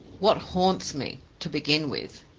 what haunts me, to begin with?